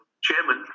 chairman